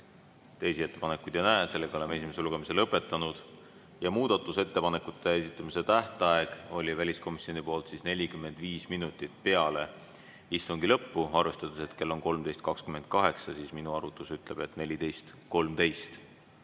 Teisi ettepanekuid ei näe, seega oleme esimese lugemise lõpetanud. Muudatusettepanekute esitamise tähtajaks oli väliskomisjon määranud 45 minutit peale istungi lõppu. Arvestades, et kell on 13.28, minu arvutus ütleb, et 14.13